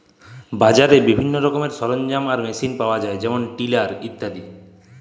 বাজারে বিভিল্ল্য রকমের সরলজাম আর মেসিল পাউয়া যায় যেমল টিলার ইত্যাদি